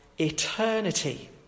eternity